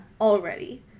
Already